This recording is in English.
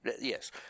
Yes